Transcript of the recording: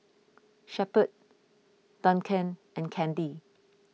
Shepherd Duncan and Candy